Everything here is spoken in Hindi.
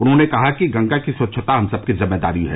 उन्होंने कहा कि गंगा की स्वच्छता हम सबकी जिम्मेदारी है